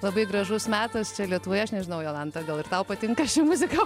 labai gražus metas lietuvoje aš nežinau jolanta gal ir tau patinka ši muzika